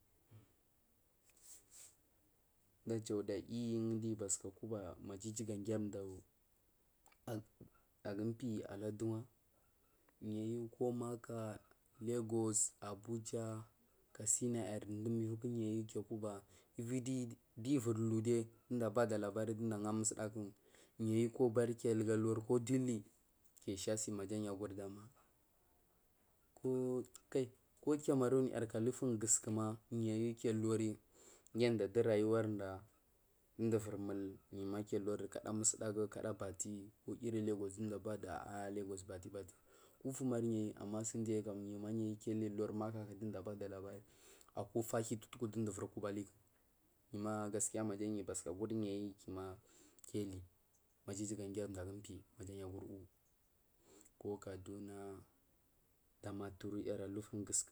Mdujauda yiyi diyu basuka kuba du iju ga giri mdu aga mpi niyu ko makka, lagis, abuja katsinayar dum mulmuku niyu ku kuba ivdiyu vur uludal nda bada labari ungu musdagu niyu kobari kiliga uride duki ki sha si aguri dama ko kal ko kma cameroon gusukuma niyu kiluri yaɗa du rayuwarda dunda vurmul niyu kiya ulari kada musadagu ko bate ko iri lagos mduda ah lagos bate bate kofumari niyu ama sundiyu ki lari maka ku du mdu bada labariku akufa hihutu mdu ivuri kuba ali nima gaskiya ma niyu ma basuka guri kihi madu iju ga grri mdugapi maja yu guri wuwu ko kaduna, damaturu alifungu gusuku.